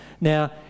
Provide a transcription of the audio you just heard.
Now